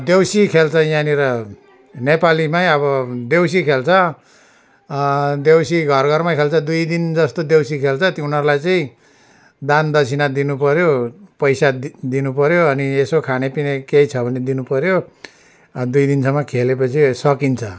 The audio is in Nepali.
देउसी खेल्छ यहाँनिर नेपालीमै अब देउसी खेल्छ देउसी घर घरमै खेल्छ दुई दिन जस्तो देउसी खेल्छ त्यो उनीहरूलाई चाहिँ दान दक्षिणा दिनु पऱ्यो पैसा दि दिनु पऱ्यो अनि यसो खाने पिउने केही छ भने दिनु पऱ्यो दुई दिनसम्म खेलेपछि सकिन्छ